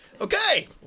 Okay